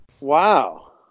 Wow